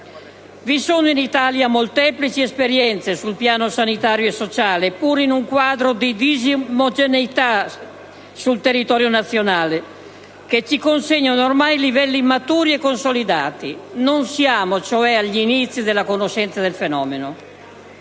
Vi sono in Italia molteplici esperienze sul piano sanitario e sociale, pur in un quadro di disomogeneità sul territorio nazionale, che ci consegnano ormai livelli maturi e consolidati. Non siamo cioè agli inizi della conoscenza del fenomeno;